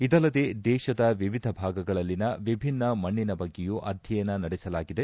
ಇದಲ್ಲದೆ ದೇಶದ ವಿವಿಧ ಭಾಗಗಳಲ್ಲಿನ ವಿಭಿನ್ನ ಮಣ್ಣಿನ ಬಗ್ಗೆಯೂ ಅಧ್ಯಯನ ನಡೆಸಲಾಗಿದೆ